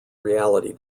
reality